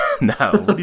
No